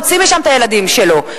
להוציא משם את הילדים שלו,